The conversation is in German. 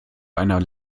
einer